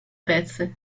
pezze